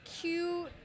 cute